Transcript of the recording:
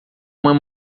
uma